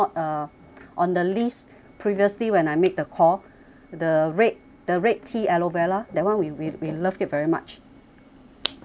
on the list previously when I make the call the red the red tea aloe vera that [one] we we we love it very much